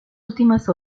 últimas